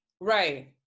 Right